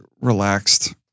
relaxed